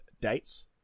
dates